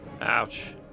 Ouch